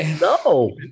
no